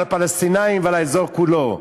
על הפלסטינים ועל האזור כולו.